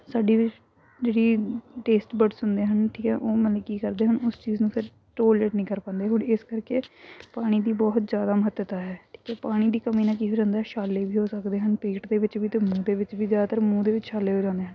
ਸਾਡੀ ਜਿਹੜੀ taste buds ਹੁੰਦੇ ਹਨ ਠੀਕ ਆ ਉਹ ਮਤਲਬ ਕੀ ਕਰਦੇ ਹਨ ਉਸ ਚੀਜ਼ ਨੂੰ ਫਿਰ ਟੋਲਰੇਟ ਨਹੀਂ ਕਰ ਪਾਉਂਦੇ ਹੁਣ ਇਸ ਕਰਕੇ ਪਾਣੀ ਦੀ ਬਹੁਤ ਜ਼ਿਆਦਾ ਮਹੱਤਤਾ ਹੈ ਠੀਕ ਆ ਪਾਣੀ ਦੀ ਕਮੀ ਨਾਲ ਕਈ ਵਾਰ ਹੁੰਦਾ ਛਾਲੇ ਵੀ ਹੋ ਸਕਦੇ ਹਨ ਪੇਟ ਦੇ ਵਿੱਚ ਵੀ ਅਤੇ ਮੂੰਹ ਦੇ ਵਿੱਚ ਵੀ ਜ਼ਿਆਦਾਤਰ ਮੂੰਹ ਦੇ ਵਿੱਚ ਛਾਲੇ ਹੋ ਜਾਦੇ ਹਨ